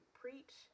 preach